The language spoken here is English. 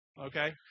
Okay